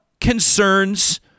concerns